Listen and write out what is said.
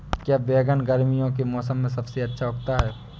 क्या बैगन गर्मियों के मौसम में सबसे अच्छा उगता है?